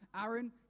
Aaron